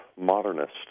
modernist